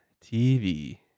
tv